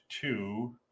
two